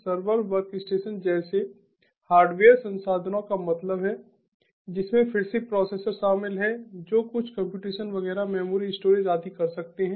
server workstations जैसे hardware संसाधनों का मतलब है जिसमें फिर से प्रोसेसर शामिल हैं जो कुछ कम्प्यूटेशन वगैरह मेमोरी स्टोरेज आदि कर सकते हैं